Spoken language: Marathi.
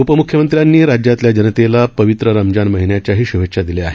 उपम्ख्यमंत्र्यांनी राज्यातल्या जनतेला पवित्र रमजान महिन्याच्याही श्भेच्छा दिल्या आहेत